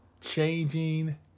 Changing